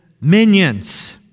minions